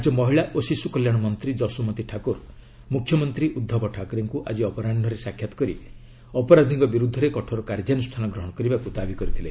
ରାଜ୍ୟ ମହିଳା ଓ ଶିଶୁ କଲ୍ୟାଣ ମନ୍ତ୍ରୀ ଯଶୋମତୀ ଠାକୁର ମୁଖ୍ୟମନ୍ତ୍ରୀ ଉଧବ ଠାକରେଙ୍କୁ ଆଜି ଅପରାହୁରେ ସାକ୍ଷାତ କରି ଅପରାଧିଙ୍କ ବିରୁଦ୍ଧରେ କଠୋର କାର୍ଯ୍ୟାନୁଷ୍ଠାନ ଗ୍ରହଣ କରିବାକୁ ଦାବି କରିଥିଲେ